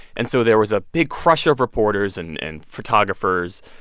and so there was a big crush of reporters and and photographers,